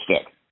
Stick